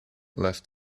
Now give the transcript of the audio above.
left